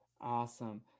Awesome